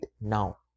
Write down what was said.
now